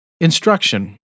instruction